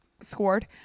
Scored